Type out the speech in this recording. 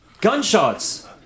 Gunshots